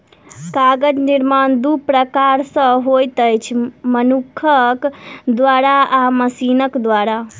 कागज निर्माण दू प्रकार सॅ होइत अछि, मनुखक द्वारा आ मशीनक द्वारा